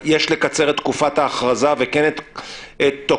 יש לקצר את תקופת ההכרזה וכן את תוקפה,